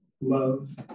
love